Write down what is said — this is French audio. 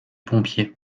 pompiers